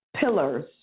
pillars